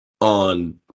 On